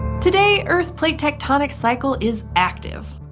today, earth's plate tectonics cycle is active.